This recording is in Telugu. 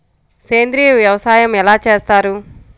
సేంద్రీయ వ్యవసాయం ఎలా చేస్తారు?